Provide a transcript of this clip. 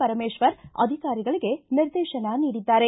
ಪರಮೇಶ್ವರ ಅಧಿಕಾರಿಗಳಿಗೆ ನಿರ್ದೇಶನ ನೀಡಿದ್ದಾರೆ